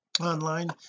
online